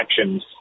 actions